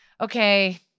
Okay